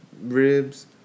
ribs